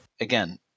again